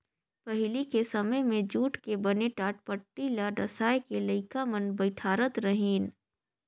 पहिली के समें मे जूट के बने टाटपटटी ल डसाए के लइका मन बइठारत रहिन